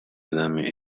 годами